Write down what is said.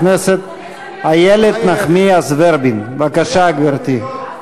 חברת הכנסת איילת נחמיאס ורבין, בבקשה, גברתי.